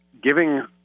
giving